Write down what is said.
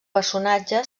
personatge